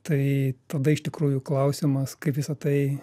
tai tada iš tikrųjų klausimas kaip visa tai